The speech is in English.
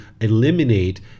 eliminate